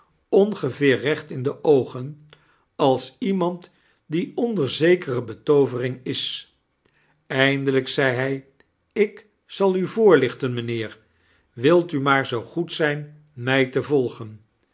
ongeveer reoht in de oogen als iemand die onder zekere betoovering is eindeldjk zei hij ik zal u voorlichten mijnheer wilt u maar zoo goed zijn mij te volgen